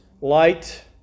light